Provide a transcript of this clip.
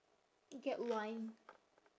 get wine